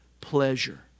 pleasure